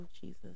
Jesus